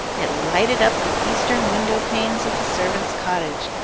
it lighted up the eastern window-panes of the servants' cottage,